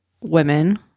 women